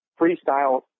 freestyle